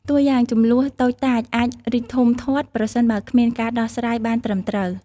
តួយ៉ាង ជម្លោះតូចតាចអាចរីកធំធាត់ ប្រសិនបើគ្មានការដោះស្រាយបានត្រឹមត្រូវ។